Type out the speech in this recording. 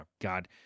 God